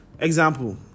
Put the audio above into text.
Example